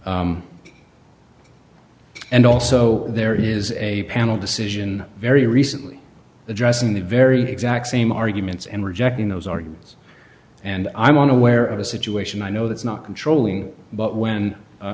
and also there is a panel decision very recently addressing the very exact same arguments and rejecting those arguments and i'm on aware of a situation i know that's not controlling but when